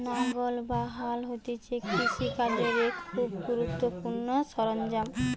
লাঙ্গল বা হাল হতিছে কৃষি কাজের এক খুবই গুরুত্বপূর্ণ সরঞ্জাম